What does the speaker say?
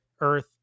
earth